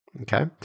Okay